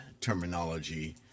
terminology